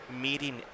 meeting